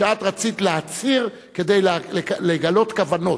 שאת רצית להצהיר כדי לגלות כוונות,